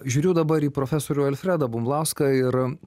žiūriu dabar į profesorių alfredą bumblauską ir